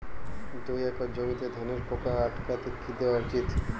দুই একর জমিতে ধানের পোকা আটকাতে কি দেওয়া উচিৎ?